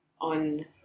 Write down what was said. on